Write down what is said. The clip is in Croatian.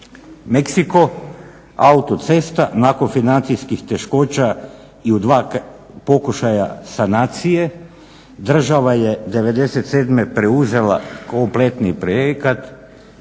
Meksiko autocesta nakon financijskih teškoća i u dva pokušaja sanacije država je '97.preuzela kompletni projekat